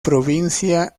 provincia